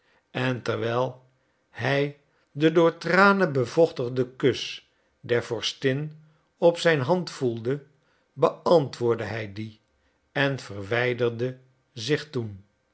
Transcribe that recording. en terwijl hij den door tranen bevochtigden kus der vorstin op zijn hand voelde beantwoordde hij dien en verwijderde zich toen